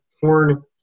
corn